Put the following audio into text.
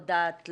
לא דת,